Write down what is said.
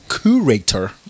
Curator